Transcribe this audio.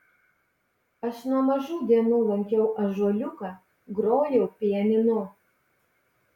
aš nuo mažų dienų lankiau ąžuoliuką grojau pianinu